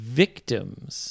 victims